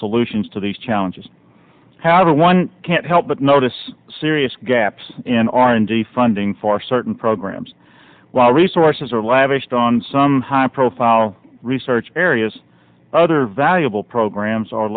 solutions to these challenges however one can't help but notice serious gaps in r and d funding for certain programs while resources are lavished on some high profile research areas other valuable programs are